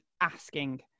asking